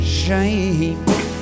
shame